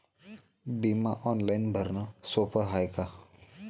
बिमा ऑनलाईन भरनं सोप हाय का?